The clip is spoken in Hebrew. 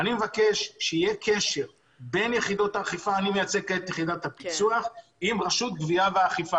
אני מבקש שיהיה קשר בין יחידות האכיפה עם רשות הגבייה והאכיפה,